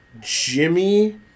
Jimmy